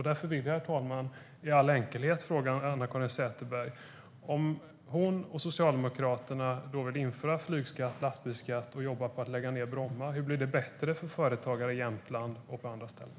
Därför vill jag, herr talman, i all enkelhet fråga Anna-Caren Sätherberg följande: Om hon och Socialdemokraterna vill införa flygskatt och lastbilsskatt samt jobba för att lägga ned Bromma flygplats - hur blir det bättre för företagare i Jämtland och på andra ställen?